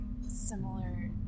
similar